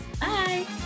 bye